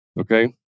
Okay